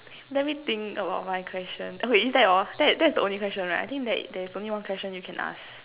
let me think about my question oh wait is that all that is that is the only question right I think there's only one question you can ask